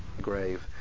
grave